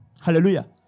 Hallelujah